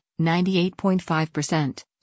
98.5%